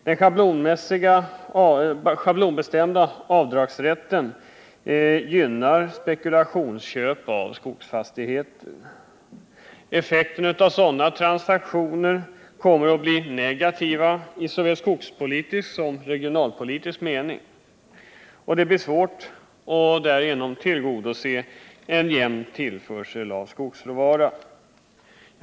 Den schablonbestämda avdragsrätten gynnar spekulationsköp av skogsfastigheter. Effekterna av sådana transaktioner kommer att bli negativa i såväl skattepolitisk som regionalpolitisk mening. Det blir därigenom svårt att tillgodose en jämn tillförsel av skogsråvara.